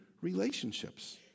relationships